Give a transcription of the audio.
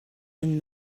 and